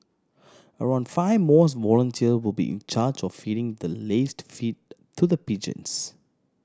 around five mosque volunteers will be in charge of feeding the laced feed to the pigeons